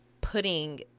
putting